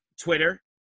Twitter